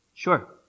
Sure